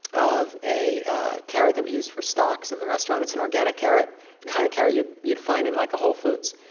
of a carrot that we used for stocks in the restaurant. it's an organic carrot, the kind of carrot you'd you'd find in like a whole foods,